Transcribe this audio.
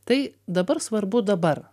tai dabar svarbu dabar